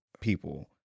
people